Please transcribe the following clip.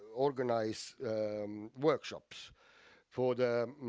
organize workshops for the,